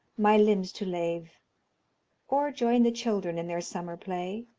my limbs to lave or join the children in their summer play,